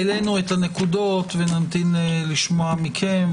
העלינו את הנקודות ונמתין לשמוע מכם.